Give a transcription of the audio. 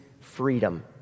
freedom